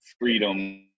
freedom